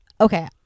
Okay